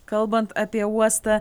kalbant apie uostą